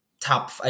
top